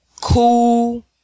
cool